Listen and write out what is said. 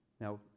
Now